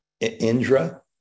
Indra